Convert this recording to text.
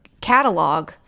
catalog